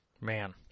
Man